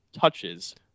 touches